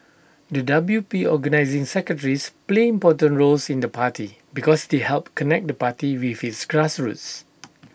the W P organising secretaries play important roles in the party because they help connect the party with its grassroots